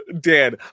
Dan